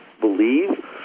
believe